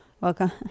Welcome